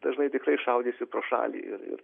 dažnai tikrai šaudysi pro šalį ir ir